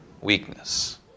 weakness